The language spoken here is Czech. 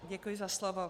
Děkuji za slovo.